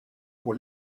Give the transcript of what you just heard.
pour